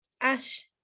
ash